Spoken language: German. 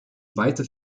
weite